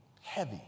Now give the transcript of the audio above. heavy